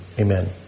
Amen